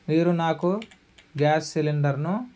మీరు నాకు గ్యాస్ సిలిండర్ను